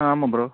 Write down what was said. ஆ ஆமாம் ப்ரோ